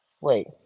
Wait